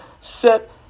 set